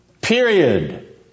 Period